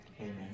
Amen